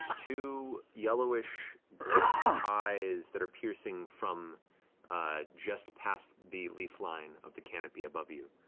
two yellowish eyes that are piercing from just past the leaf line of the canopy above you.